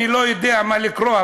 אני לא יודע איך לקרוא,